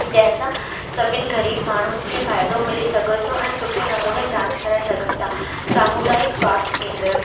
जंहिं सां सभिन ग़रीब माण्हुनि खे फ़ाइदो मिली सघे थो ऐं सुठे नमूने जांच कराए सघनि था सामुदायिक स्वास्थ्य केंद्र